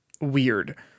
weird